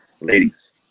Ladies